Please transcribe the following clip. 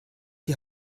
die